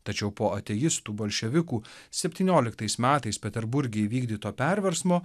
tačiau po ateistų bolševikų septynioliktais metais peterburge įvykdyto perversmo